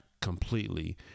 completely